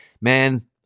man